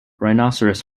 rhinoceros